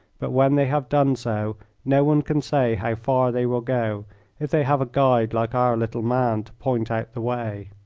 but when they have done so no one can say how far they will go if they have a guide like our little man to point out the way.